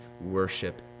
worship